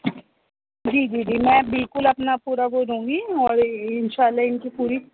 جی جی جی میں بالکل اپنا پورا وہ دوں گی اور ان شاء اللہ ان کی پوری